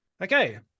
Okay